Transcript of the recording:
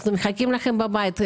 אנחנו מחכים לכם בבית,